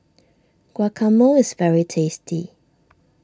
Guacamole is very tasty